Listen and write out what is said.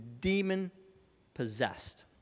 demon-possessed